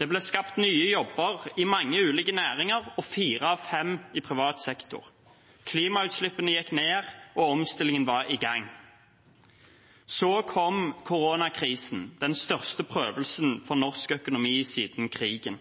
Det ble skapt nye jobber i mange ulike næringer, fire av fem i privat sektor. Klimautslippene gikk ned, og omstillingen var i gang. Så kom koronakrisen, den største prøvelsen for norsk økonomi siden krigen.